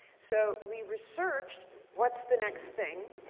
so we researched what is the next thing.